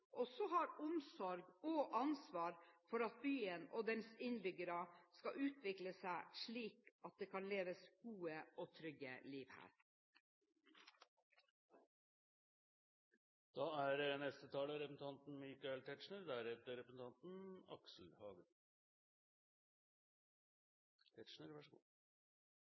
har omsorg og ansvar for at byen og dens innbyggere skal utvikle seg slik at man kan leve et godt og trygt liv her. Også jeg vil starte mitt innlegg med å si at det er meget fortjenstfullt av representanten